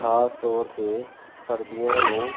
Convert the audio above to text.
ਖਾਸ ਤੌਰ 'ਤੇ ਸਰਦੀਆਂ ਨੂੰ